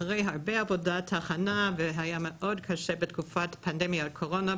אחרי עבודת הכנה רבה והיה מאוד קשה בתקופת פנדמיית הקורונה,